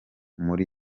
muri